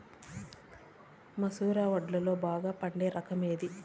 మసూర వడ్లులో బాగా పండే రకం ఏది?